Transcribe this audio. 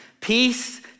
Peace